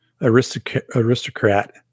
aristocrat